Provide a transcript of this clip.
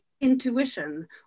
intuition